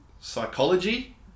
Psychology